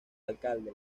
alcalde